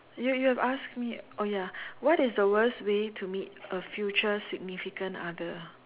you you've asked me oh ya what is the worst way to meet a future significant other